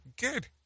good